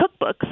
cookbooks